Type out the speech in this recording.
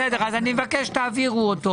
בסדר, אז אני מבקש שתעבירו אותו.